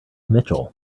mitchell